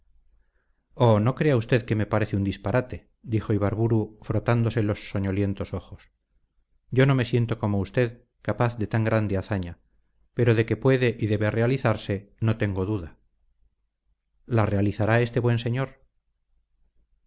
oh no crea usted que me parece un disparate dijo ibarburu frotándose los soñolientos ojos yo no me siento como usted capaz de tan grande hazaña pero de que puede y debe realizarse no tengo duda la realizará este buen señor